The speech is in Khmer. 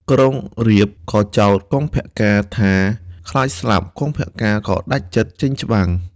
ក្រុងរាពណ៍ក៏ចោទ កុម្ពកាណ៍ថាខ្លាចស្លាប់ កុម្ពកាណ៍ក៏ដាច់ចិត្តចេញច្បាំង។